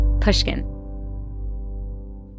Pushkin